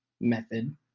method